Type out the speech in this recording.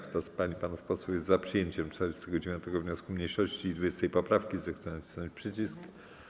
Kto z pań i panów posłów jest za przyjęciem 49. wniosku mniejszości i 20. poprawki, zechce nacisnąć przycisk.